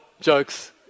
jokes